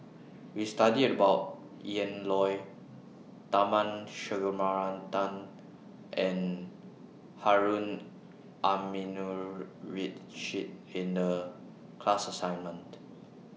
We studied about Ian Loy Tharman Shanmugaratnam and Harun Aminurrashid in The class assignment